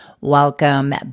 Welcome